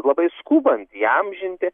labai skubant įamžinti